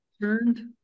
turned